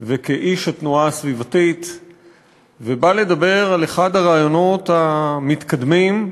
וכאיש התנועה הסביבתית ובא לדבר על אחד הרעיונות המתקדמים,